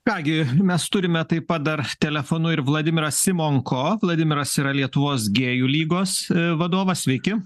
ką gi mes turime taip pat dar telefonu ir vladimirą simonko vladimiras yra lietuvos gėjų lygos vadovas sveiki